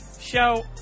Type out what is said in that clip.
show